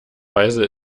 weise